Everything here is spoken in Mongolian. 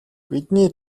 бидний